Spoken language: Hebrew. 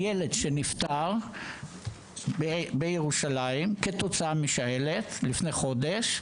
הילד שנפטר בירושלים כתוצאה משעלת, לפני חודש,